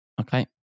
Okay